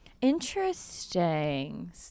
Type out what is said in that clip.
Interesting